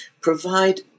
provide